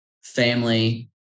family